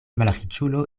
malriĉulo